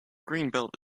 greenbelt